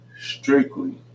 strictly